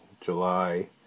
July